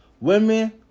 Women